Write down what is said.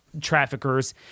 traffickers